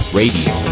radio